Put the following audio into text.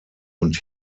und